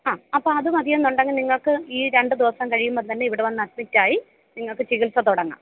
ആ അപ്പോൾ അത് മതിയെന്നുണ്ടെങ്കിൽ നിങ്ങൾക്ക് ഈ രണ്ട് ദിവസം കഴിയുമ്പോൾ തന്നെ ഇവിടെ വന്നു അഡ്മിറ്റ് ആയി നിങ്ങൾക്ക് ചികിത്സ തുടങ്ങാം